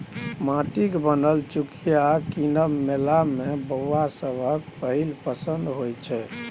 माटिक बनल चुकिया कीनब मेला मे बौआ सभक पहिल पसंद होइ छै